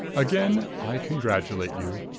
again i congratulate you.